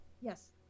yes